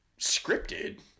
scripted